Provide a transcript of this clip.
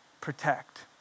protect